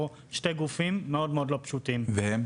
שני גופים מאוד-מאוד לא פשוטים והם: